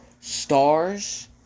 stars